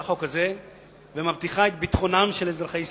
חוק כזה ומבטיחה את ביטחונם של אזרחי ישראל.